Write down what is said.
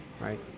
right